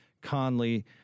Conley